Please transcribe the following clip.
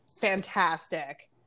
fantastic